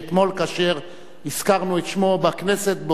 שאתמול כאשר הזכרנו את שמו בכנסת,